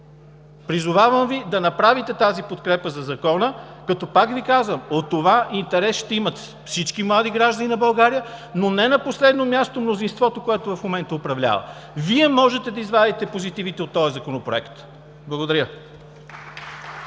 Призовавам Ви да направите тази подкрепа за Закона, като пак Ви казвам, от това интерес ще имат всички млади граждани на България, но не на последно място мнозинството, което в момента управлява. Вие можете да извадите позитивите от този законопроект. Благодаря.